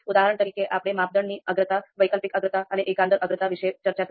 ઉદાહરણ તરીકે આપણે માપદંડની અગ્રતા વૈકલ્પિક અગ્રતા અને એકંદર અગ્રતા વિશે ચર્ચા કરી